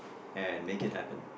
and make it happen